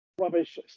rubbish